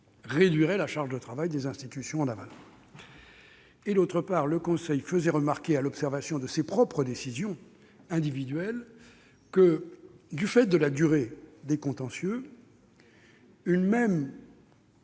réduirait la charge de travail des institutions en aval. Le Conseil constitutionnel faisait également remarquer, à l'observation de ses propres décisions individuelles, que, du fait de la durée des contentieux, une même